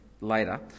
later